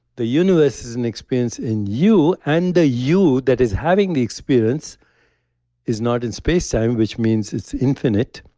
the universe is an experience in you and the you that is having the experience is not in space-time, which means it's infinite,